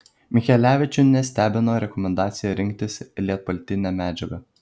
michelevičių nestebino rekomendacija rinktis lietpaltinę medžiagą